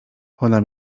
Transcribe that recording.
ona